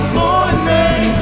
morning